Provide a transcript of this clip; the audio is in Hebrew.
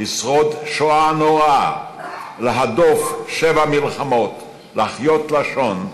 לשרוד שואה נוראה, להדוף שבע מלחמות, להחיות לשון,